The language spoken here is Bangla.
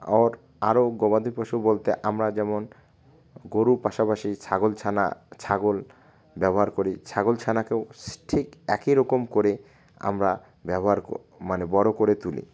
ও আরও গবাদি পশু বলতে আমরা যেমন গরুর পাশাপাশি ছাগল ছানা ছাগল ব্যবহার করি ছাগল ছানাকেও ঠিক একইরকম করে আমরা ব্যবহার মানে বড়ো করে তুলি